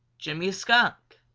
jimmy skunk!